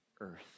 earth